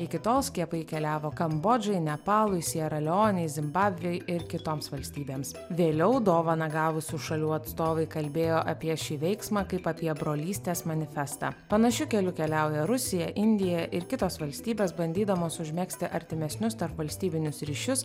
iki tol skiepai keliavo kambodžai nepalui siera leonei zimbabvei ir kitoms valstybėms vėliau dovaną gavusių šalių atstovai kalbėjo apie šį veiksmą kaip apie brolystės manifestą panašiu keliu keliauja rusija indija ir kitos valstybės bandydamos užmegzti artimesnius tarpvalstybinius ryšius